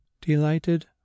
delighted